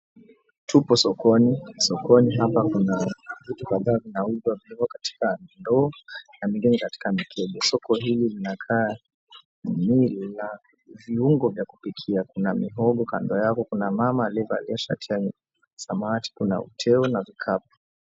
Tupo sokoni. Sokoni hapa kuna vitu kadhaa vinavyouzwa. Viko katika ndoo na mengine katika mikebe. Soko hii inakaa vizuri na viungo vya kupikia. Kuna mihogo kando yake. Kuna mama aliyevalia shati ya samawati. Kuna uteo na vikapu.